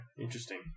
Interesting